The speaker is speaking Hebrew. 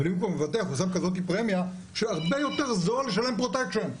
אבל אם הוא כבר מבטח הוא שם כזאת פרמיה שהרבה יותר זול לשלם פרוטקשן.